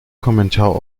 kommentar